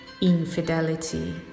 infidelity